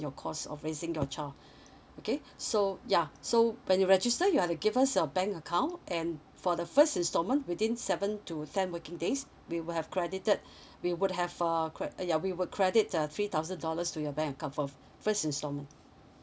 your costs of raising your child okay so yeah so when you register you have to give us your bank account and for the first installment within seven to ten working days we will have credited we would have uh cred~ ya we will credit the three thousand dollars to your bank account for first installment